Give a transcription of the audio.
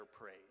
praise